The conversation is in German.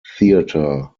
theatre